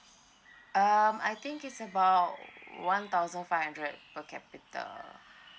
um I think it's about one thousand five hundred per capita